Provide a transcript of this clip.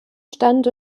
stand